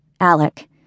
Alec